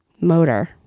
motor